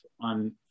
on